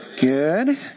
Good